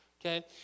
okay